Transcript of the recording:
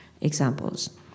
examples